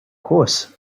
course